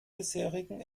bisherigen